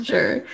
Sure